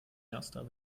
erster